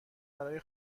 برای